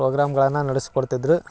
ಪ್ರೋಗ್ರಾಮ್ಗಳನ್ನ ನಡ್ಸ್ಕೊಡ್ತಿದ್ರು